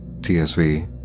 TSV